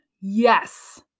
yes